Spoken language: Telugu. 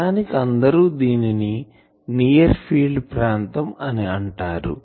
నిజానికి అందరు దీనిని నియర్ ఫీల్డ్ ప్రాంతం అని అంటారు